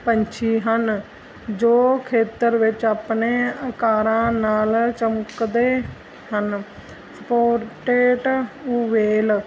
ਪੰਛੀ ਹਨ ਜੋ ਖੇਤਰ ਵਿੱਚ ਆਪਣੇ ਆਕਾਰਾਂ ਨਾਲ ਚਮਕਦੇ ਹਨ ਸਪੋਟੇਟ ਵੇਲ